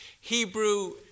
Hebrew